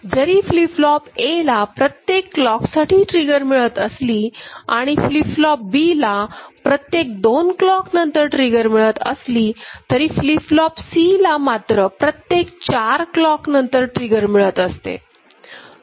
जरी flip flop A ला प्रत्येक क्लॉक साठी ट्रिगर मिळत असली आणि फ्लीप फ्लोप Bला प्रत्येक 2 क्लॉक नंतर ट्रिगर मिळत असली तरी फ्लीप फ्लोप C ला मात्र प्रत्येक 4 क्लॉक नंतर ट्रिगर मिळत असते